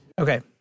Okay